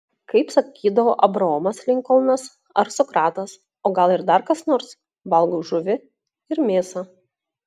kaip sakydavo abraomas linkolnas ar sokratas o gal ir dar kas nors valgau žuvį ir mėsą